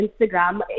instagram